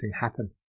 happen